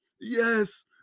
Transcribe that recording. Yes